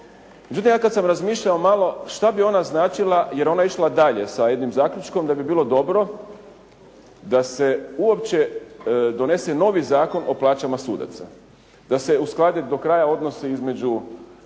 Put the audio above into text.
Međutim, ja kad sam razmišljao malo što bi ona značila jer ona je išla dalje sa jednim zaključkom da bi bilo dobro da se uopće donese novi Zakon o plaćama sudaca, da se usklade do kraja odnosi između